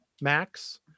Max